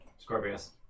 Scorpius